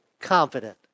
confident